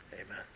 amen